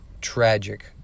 tragic